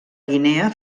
guinea